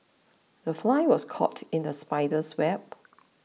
the fly was caught in the spider's web